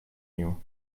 you